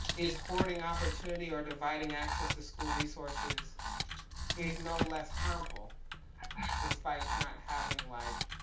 is hoarding opportunity or dividing access to school resources is no less harmful despite not having like,